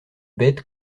bête